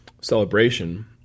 celebration